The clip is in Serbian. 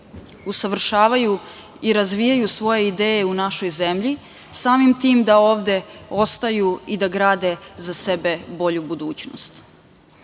usavršavaju i razvijaju svoje ideje u našoj zemlji, samim tim da ovde ostaju i da grade za sebe bolju budućnost. Zamislite